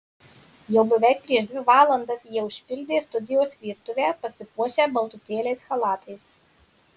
jau beveik prieš dvi valandas jie užpildė studijos virtuvę pasipuošę baltutėliais chalatais